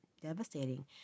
devastating